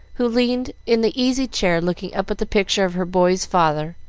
who leaned in the easy-chair looking up at the picture of her boys' father